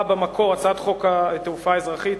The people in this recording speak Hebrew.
הצעת חוק התעופה האזרחית,